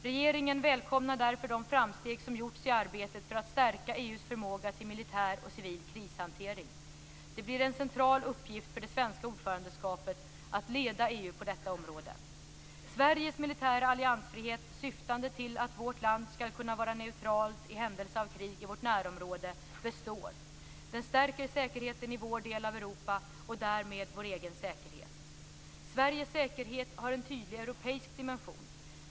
Regeringen välkomnar därför de framsteg som gjorts i arbetet för att stärka EU:s förmåga till militär och civil krishantering. Det blir en central uppgift för det svenska ordförandeskapet att leda EU på detta område. Sveriges militära alliansfrihet, syftande till att vårt land ska kunna vara neutralt i händelse av krig i vårt närområde, består. Den stärker säkerheten i vår del av Europa och därmed vår egen säkerhet. Sveriges säkerhet har en tydlig europeisk dimension.